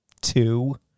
two